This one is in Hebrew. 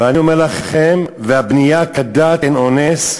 ואני אומר לכם, והבנייה כדת אין אונס,